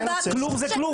כלוב זה כלוב.